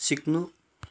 सिक्नु